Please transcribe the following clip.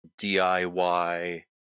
DIY